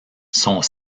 sont